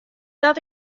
dat